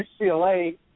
UCLA